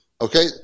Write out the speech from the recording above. Okay